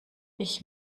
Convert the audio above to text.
ich